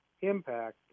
impact